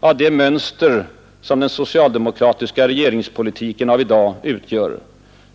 av det mönster som den socialdemokratiska regeringspolitiken av i dag utgör.